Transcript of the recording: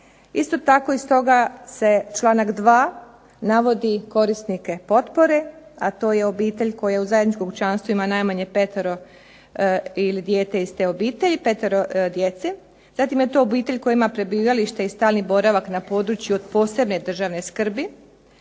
Isto tako i stoga se članak 2. navodi korisnike potpore, a to je obitelj koja u zajedničkom kućanstvu ima najmanje 5. djece ili dijete iz te obitelji. Zatim je to obitelj koja ima prebivalište i stalni boravak na području od posebne državne skrbi,